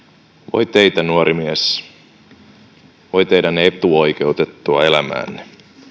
voi teitä nuori mies voi teidän etuoikeutettua elämäänne